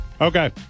Okay